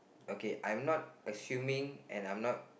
okay I'm not assuming and I'm not